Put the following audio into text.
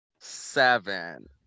seven